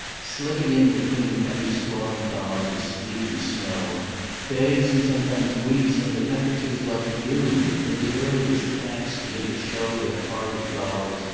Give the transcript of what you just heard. slipping in between heavy storm-clouds of sleet and snow days and sometimes weeks when the temperature is like june when the earliest plants begin to show their hardy flowers,